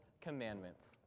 Commandments